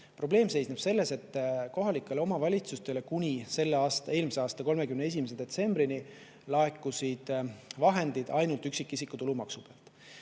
Probleem seisneb selles, et kohalikele omavalitsustele laekusid kuni eelmise aasta 31. detsembrini vahendid ainult üksikisiku tulumaksu pealt.